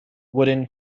wooden